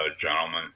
gentlemen